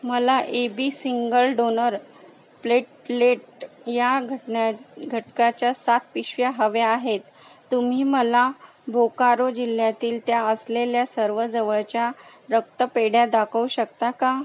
मला A B single donor platelet या घटना घटकाच्या सात पिशव्या हव्या आहेत तुम्ही मला बोकारो जिल्ह्यातील त्या असलेल्या सर्व जवळच्या रक्तपेढ्या दाखवू शकता का